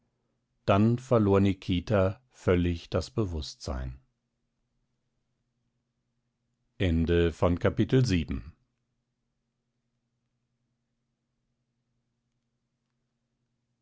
dann verlor nikita völlig das bewußtsein